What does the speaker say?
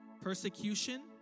Persecution